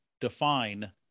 define